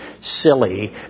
silly